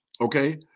Okay